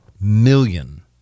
million